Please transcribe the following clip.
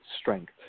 strength